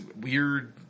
weird